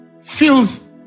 feels